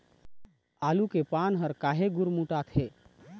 आलू के पान हर काहे गुरमुटाथे?